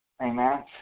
Amen